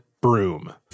broom